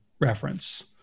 reference